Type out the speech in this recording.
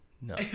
No